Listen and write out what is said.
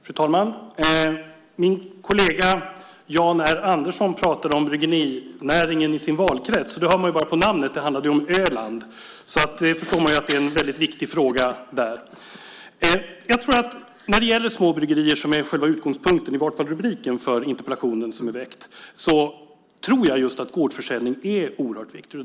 Fru talman! Min kollega Jan R Andersson pratade om bryggerinäringen i sin valkrets, och man hör ju på namnet - det handlade om Öland - att det är en väldigt viktig fråga där. Jag tror att när det gäller små bryggerier, som är själva utgångspunkten, i vart fall i rubriken, för den väckta interpellationen, tror jag att just gårdsförsäljning är oerhört viktig.